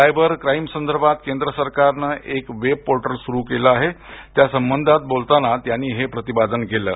cyber crime संदर्भात केंद्र सरकारनं एक वेब पोर्टल सुरू केलं आहे त्या संबंधात बोलताना त्यांनी हे प्रतिपादन केलं आहे